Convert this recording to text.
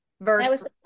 verse